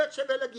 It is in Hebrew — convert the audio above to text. ב' שווה לג'.